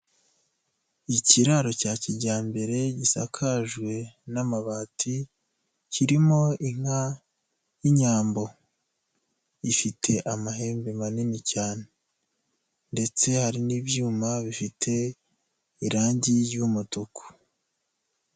Ikiraro cya kijyambere gisakajwe n'amabati, kirimo inka y'inyambo, ifite amahembe manini cyane ndetse hari n'ibyuma bifite irangi ry'umutuku.